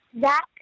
Zach